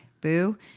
boo